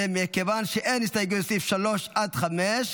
ומכיוון שאין הסתייגויות לסעיפים 3 5,